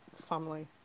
family